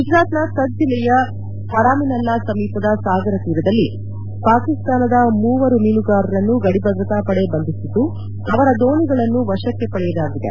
ಗುಜರಾತ್ನ ಕಚ್ ಜಿಲ್ಲೆಯ ಪರಾಮಿನಲ್ಲಾ ಸಮೀಪದ ಸಾಗರ ತೀರದಲ್ಲಿ ಪಾಕಿಸ್ತಾನದ ಮೂವರು ಮೀನುಗಾರರನ್ನು ಗಡಿ ಭದ್ರತಾಪಡೆ ಬಂಧಿಸಿದ್ದು ಅವರ ದೋಣಿಗಳನ್ನು ವಶಕ್ಕೆ ಪಡೆದಿದೆ